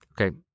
Okay